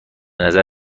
نظر